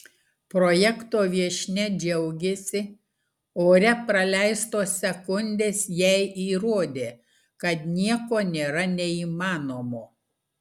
projekto viešnia džiaugėsi ore praleistos sekundės jai įrodė kad nieko nėra neįmanomo